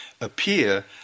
Appear